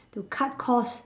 to cut cost